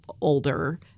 older